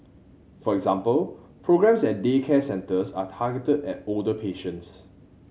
for example programmes at daycare centres are targeted at older patients